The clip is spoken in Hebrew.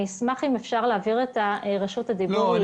אני אשמח להעביר את רשות הדיבור לפרופ'